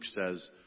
says